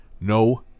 No